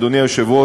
אדוני היושב-ראש,